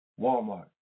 Walmart